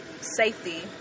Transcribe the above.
safety